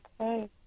Okay